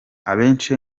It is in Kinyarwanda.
abenshi